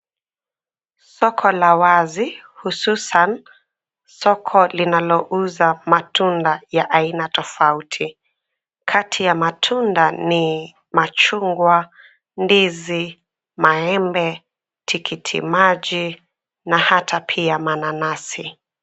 Soko la wazi hususan soko linalouza matunda ya aina tofauti. Kati ya matunda ni machungwa, ndizi, maembe, tikiti maji na hata pia mananasi.